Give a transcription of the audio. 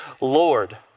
Lord